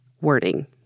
wording